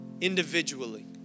individually